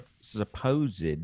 supposed